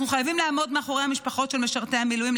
אנחנו חייבים לעמוד מאחורי המשפחות של משרתי המילואים,